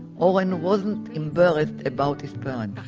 oren wasn't embarrassed about his but and